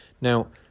Now